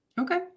Okay